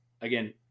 Again